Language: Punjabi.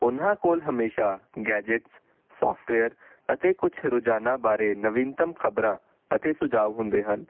ਉਹਨਾਂ ਕੋਲ ਹਮੇਸ਼ਾਂ ਗੈਜ਼ਿਟਸ ਸੋਫਟਵੇਅਰ ਅਤੇ ਕੁਛ ਰੋਜ਼ਾਨਾ ਬਾਰੇ ਨਵੀਨਤਮ ਖਬਰਾਂ ਅਤੇ ਸੁਝਾਵ ਹੁੰਦੇ ਹਨ